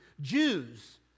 Jews